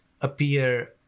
appear